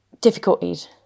difficulties